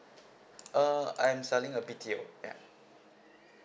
uh I'm selling a B_T_O ya